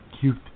cute